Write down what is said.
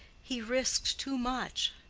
he risked too much.